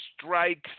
strikes